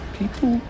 people